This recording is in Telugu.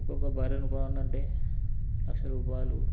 ఒక్కొక బర్రెను కొనాలంటే లక్ష రూపాయలు